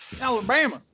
Alabama